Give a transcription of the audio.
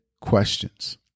questions